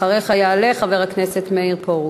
אחריך יעלה חבר הכנסת מאיר פרוש.